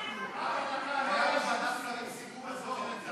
עמר בר-לב, יחיאל חיליק בר, עמיר פרץ, מרב מיכאלי,